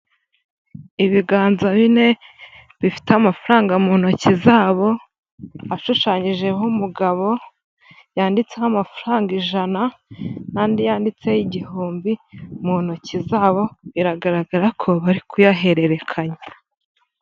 Ibiganza bine bifite amafaranga mu ntoki zabo ashushanyijeho umugabo, yanditseho amafaranga ijana nandi yanditse igihumbi mu ntoki zabo. Biragaragara ko bari kuyahererekanya.